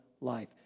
life